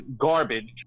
garbage